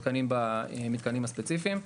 שמותקנים במתקנים הספציפיים.